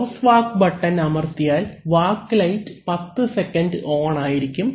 crosswalk button അമർത്തിയാൽ walk light 10 second on ആയിരിക്കും